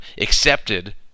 accepted